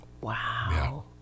Wow